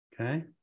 okay